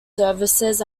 services